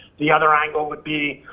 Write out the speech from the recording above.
the other angle would be,